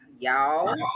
y'all